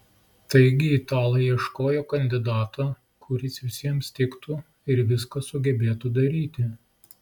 taigi italai ieškojo kandidato kuris visiems tiktų ir viską sugebėtų daryti